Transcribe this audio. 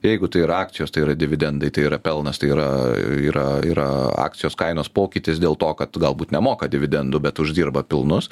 jeigu tai yra akcijos tai yra dividendai tai yra pelnas tai yra yra yra akcijos kainos pokytis dėl to kad galbūt nemoka dividendų bet uždirba pelnus